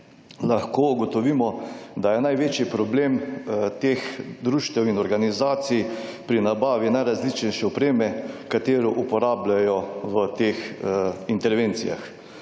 lahko ugotovimo, da je največji problem teh društev in organizacij pri nabavi najrazličnejše opreme, katero uporabljajo v teh intervencijah.